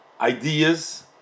ideas